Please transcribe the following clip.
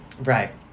Right